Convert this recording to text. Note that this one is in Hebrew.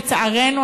לצערנו,